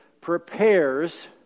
prepares